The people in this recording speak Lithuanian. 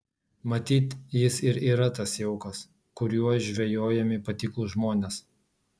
matyt jis ir yra tas jaukas kuriuo žvejojami patiklūs žmonės